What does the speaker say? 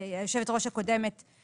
היושבת ראש הקודמת של הוועדה,